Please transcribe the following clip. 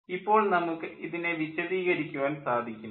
ഇപ്പോൾ നമുക്ക് ഇതിനെ വിശദീകരിക്കുവാൻ സാധിക്കുന്നു